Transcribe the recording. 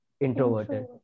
Introverted